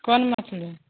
कोन मछली